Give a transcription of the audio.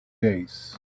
days